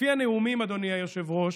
לפי הנאומים, אדוני היושב-ראש,